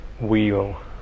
wheel